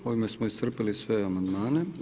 Ovime smo iscrpili sve amandmane.